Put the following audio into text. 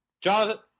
Jonathan